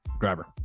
Driver